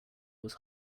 was